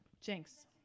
Jinx